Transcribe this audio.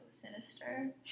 sinister